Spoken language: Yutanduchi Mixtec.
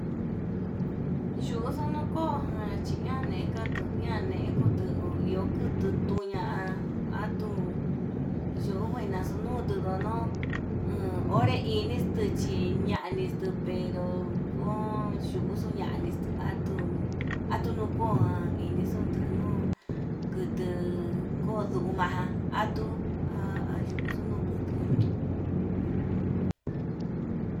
Yuxuu nokoján achi anekutu iha nekutu ho iho tutuña, atuu yujuina xuu ñuxu ndono onré ini ixtuchi ñaniku, ndu pero yuxuu ñanitu atuu atunukojan indixu tunuu kutu koduma ján atuu ayuxu nuu jutua.